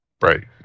Right